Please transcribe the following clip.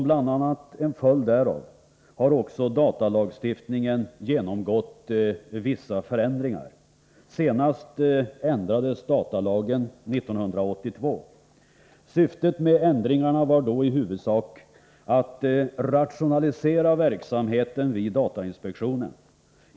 Bl.a. som en följd därav har datalagstiftningen också genomgått vissa förändringar. Senast ändrades datalagen 1982. Syftet med ändringarna var då i huvudsak att rationalisera verksamheten vid datainspektionen.